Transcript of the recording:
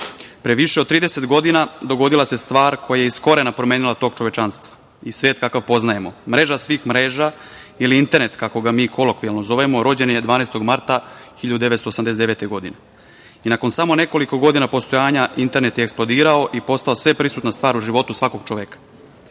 više od 30 godina dogodila se stvar koja je iz korena promenila tok čovečanstva i svet kakav poznajemo. Mreža svih mreža ili internet, kako ga mi kolokvijalno zovemo, rođen je 12. marta 1979. godine i nakon samo nekoliko godina postojanja internet je eksplodirao i postao sveprisutna stvar u životu svakog čoveka.U